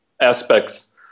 aspects